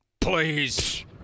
please